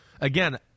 again